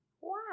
Wow